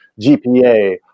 GPA